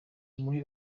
muri